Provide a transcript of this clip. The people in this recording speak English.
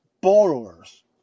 borrowers